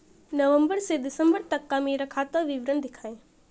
नवंबर से दिसंबर तक का मेरा खाता विवरण दिखाएं?